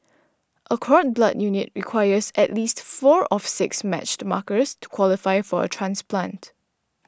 a cord blood unit requires at least four of six matched markers to qualify for a transplant